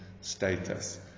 status